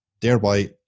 thereby